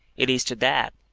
it is to that,